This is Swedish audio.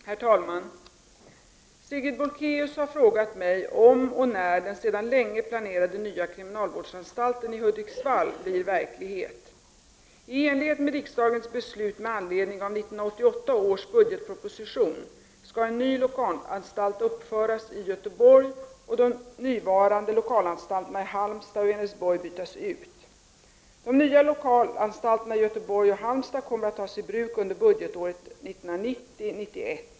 Herr talman! Sigrid Bolkéus har frågat mig om och när den sedan länge planerade nya kriminalvårdsanstalten i Hudiksvall blir verklighet. I enlighet med riksdagens beslut med anledning av 1988 års budgetpropo = Prot. 1989 91.